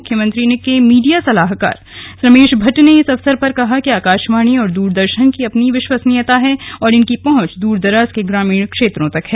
मुख्यमंत्री के मीडिया सलाहकार रमेश भट्ट ने इस अवसर पर कहा कि आकाशवाणी और दूरदर्शन की अपनी विश्वसनीयता है और इनकी पहुंच दूरदराज के ग्रामीण क्षेत्रों तक है